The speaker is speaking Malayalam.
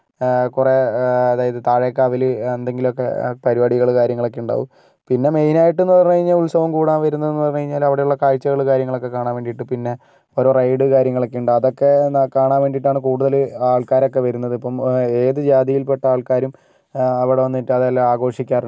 കുറേ അതായത് താഴേക്കാവിൽ എന്തെങ്കിലുമൊക്കേ പരിപാടികൾ കാര്യങ്ങളൊക്കേ ഉണ്ടാകും പിന്നേ മെയിൻ ആയിട്ടെന്ന് പറഞ്ഞു കഴിഞ്ഞാൽ ഉത്സവം കൂടാൻ വരുന്നത് എന്നുപറഞ്ഞാൽ അവിടെയുള്ള കാര്യങ്ങളും കാഴ്ചകളും ഒക്കേ കാണാൻ വേണ്ടിയിട്ട് പിന്നേ ഓരോ റൈഡും കാര്യങ്ങളൊക്കേ ഉണ്ട് അതൊക്കേ കാണാൻ വേണ്ടിയിട്ടാണ് കൂടുതൽ ആൾക്കാരൊക്കേ വരുന്നത് ഇപ്പം ഏത് ജാതിയിൽപ്പെട്ട ആൾക്കാരും അവിടെ വന്നിട്ട് അതെല്ലാം ആഘോഷിക്കാറുണ്ട്